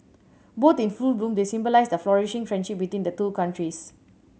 both in full bloom they symbolise the flourishing friendship between the two countries